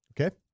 Okay